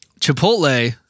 Chipotle